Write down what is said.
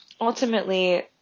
ultimately